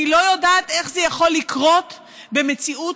אני לא יודעת איך זה יכול לקרות במציאות